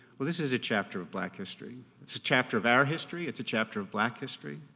well, this is a chapter of black history. it's a chapter of our history, it's a chapter of black history